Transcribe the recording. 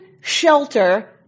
shelter